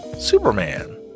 Superman